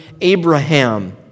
Abraham